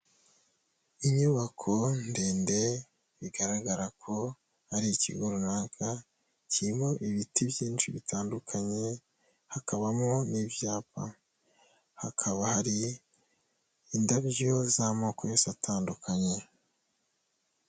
Inyubako ndende bigaragara ko ari ikigo runaka, kirimo ibiti byinshi bitandukanye, hakabamo n'ibyapa, hakaba hari indabyo z'amoko yose atandukanye.